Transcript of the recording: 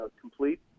complete